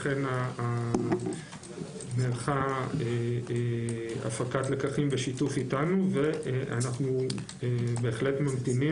לכן נערכה הפקת לקחים בשיתוף אתנו ואנחנו בהחלט ממתינים